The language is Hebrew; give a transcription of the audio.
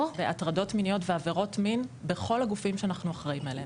הטרדות מיניות ועבירות מין בכל הגופים שאנחנו אחראים עליהם.